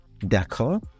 D'accord